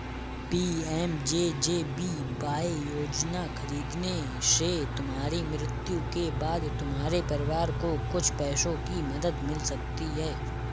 PMJJBY योजना खरीदने से तुम्हारी मृत्यु के बाद तुम्हारे परिवार को कुछ पैसों की मदद मिल सकती है